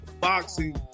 boxing